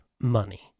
money